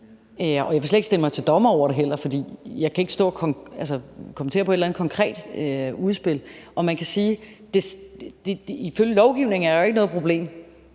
jeg vil slet ikke stille mig til dommer over det heller, fordi jeg ikke kan stå og kommentere på et eller andet konkret udspil. Man kan sige, at der ifølge lovgivningen ikke er noget problem.